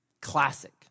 classic